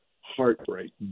heartbreak